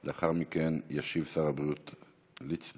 לאחר מכן ישיב שר הבריאות ליצמן,